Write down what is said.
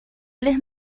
les